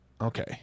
Okay